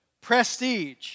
Prestige